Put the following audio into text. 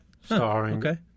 starring